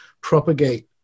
propagate